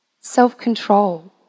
self-control